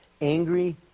angry